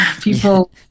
People